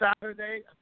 Saturday